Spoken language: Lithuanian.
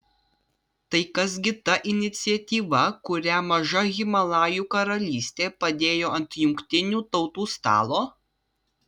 tai kas gi ta iniciatyva kurią maža himalajų karalystė padėjo ant jungtinių tautų stalo